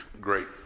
great